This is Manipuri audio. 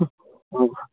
ꯎꯝ